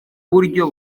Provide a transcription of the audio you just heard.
buryo